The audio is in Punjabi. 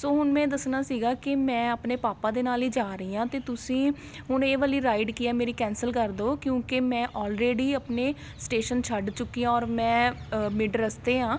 ਸੋ ਹੁਣ ਮੈਂ ਇਹ ਦੱਸਣਾ ਸੀਗਾ ਕਿ ਮੈਂ ਆਪਣੇ ਪਾਪਾ ਦੇ ਨਾਲ ਹੀ ਜਾ ਰਹੀ ਹਾਂ ਅਤੇ ਤੁਸੀਂ ਹੁਣ ਇਹ ਵਾਲੀ ਰਾਈਡ ਕੀ ਹੈ ਕੈਂਸਲ ਕਰ ਦਿਉ ਕਿਉਂਕਿ ਮੈਂ ਓਲਰੇਡੀ ਆਪਣੇ ਸਟੇਸ਼ਨ ਛੱਡ ਚੁੱਕੀ ਹਾਂ ਓਰ ਮੈਂ ਮਿਡ ਰਸਤੇ ਹਾਂ